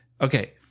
Okay